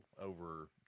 over